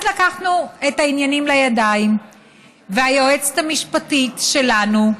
אז לקחנו את העניינים לידיים והיועצת המשפטית שלנו,